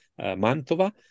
Mantova